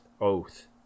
Oath